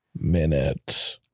Minute